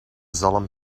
zalm